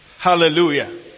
Hallelujah